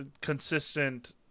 consistent